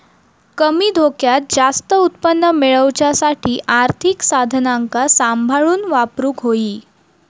कमी धोक्यात जास्त उत्पन्न मेळवच्यासाठी आर्थिक साधनांका सांभाळून वापरूक होई